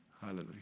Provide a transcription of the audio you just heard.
hallelujah